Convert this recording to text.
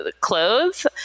clothes